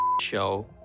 show